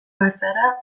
bazara